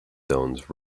zones